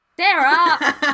Sarah